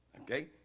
okay